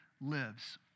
lives